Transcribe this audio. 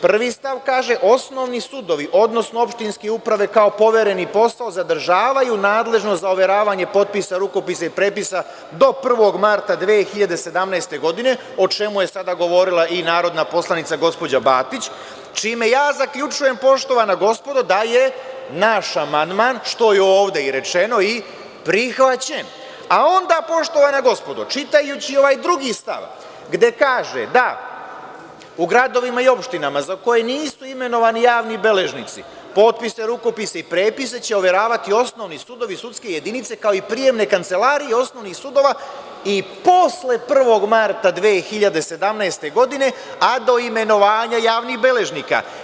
Prvi stav kaže: „Osnovni sudovi, odnosno opštinske uprave kao povereni posaozadržavaju nadležnost za overavanje potpisa, rukopisa i prepisa do 1. marta 2017. godine“, o čemu je sada govorila i narodna poslanica, gospođa Batić, čime ja zaključujem, poštovana gospodo, da je naš amandman, što je ovde i rečeno, i prihvaćen, a onda, poštovana gospodo, čitajući ovaj drugi stav, gde se kaže da u gradovima i opštinama za koje nisu imenovani javni beležnici, potpise, rukopise i prepise će overavati osnovni sudovi, sudske jedinice, kao i prijemne kancelarije osnovnih sudova i posle 1. marta 2017. godine, a do imenovanja javnih beležnika.